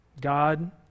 God